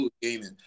gaming